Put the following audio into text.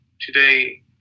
today